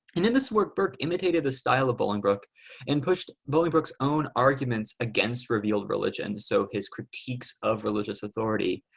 and then this workbook imitated the style of bolingbrook and pushed bobby brooks own arguments against revealed religion. so his critiques of religious authority.